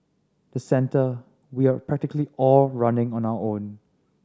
the centre we are practically all running on our own